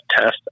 test